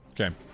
Okay